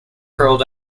curled